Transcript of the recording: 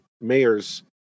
mayor's